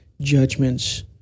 judgments